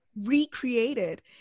recreated